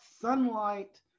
sunlight